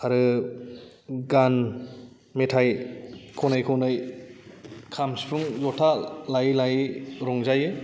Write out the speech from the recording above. आरो गान मेथाइ खनै खनै खाम सिफुं जथा लायै लायै रंजायो